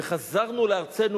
וחזרנו לארצנו,